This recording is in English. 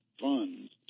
funds